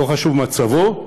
לא חשוב מה מצבו,